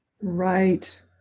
Right